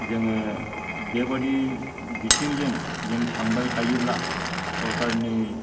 जोङो बेबादि बिथिंजों जों थांबाय थायोब्ला सरकारनि